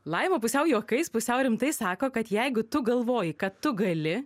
laima pusiau juokais pusiau rimtai sako kad jeigu tu galvoji kad tu gali